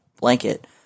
blanket